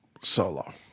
solo